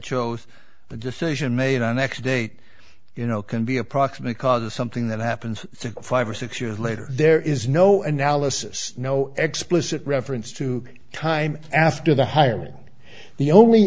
shows the decision made on x date you know can be a proximate cause of something that happens five or six years later there is no analysis no explicit reference to time after the hiring the only